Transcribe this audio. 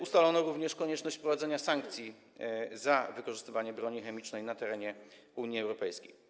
Ustalono również konieczność wprowadzenia sankcji za wykorzystywanie broni chemicznej na terenie Unii Europejskiej.